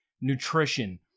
nutrition